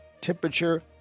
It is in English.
temperature